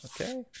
Okay